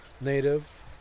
Native